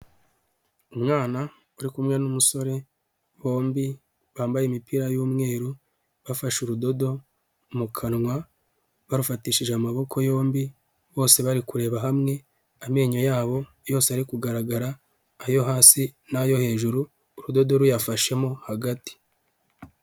Umwana uri kumwe n'umusore bombi bambaye imipira y'umweru bafashe urudodo mu kanwa barufatishije amaboko yombi bose bari kureba hamwe amenyo yabo yose ari kugaragara ayo hasi na'ayo hejuru urudodo ru yayafashemo hagati.